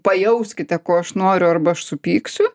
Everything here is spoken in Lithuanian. pajauskite ko aš noriu arba aš supyksiu